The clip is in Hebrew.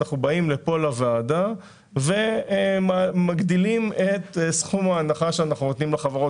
אנחנו באים לכאן לוועדה ומגדילים את סכום ההנחה שאנחנו נותנים לחברות,